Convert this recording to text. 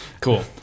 Cool